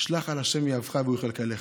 "השלך על ה' יהבך והוא יכלכלך".